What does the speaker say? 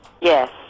Yes